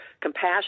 compassion